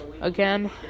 again